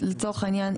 לצורך העניין,